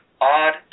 odd